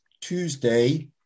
Tuesday